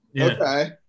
okay